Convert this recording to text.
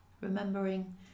remembering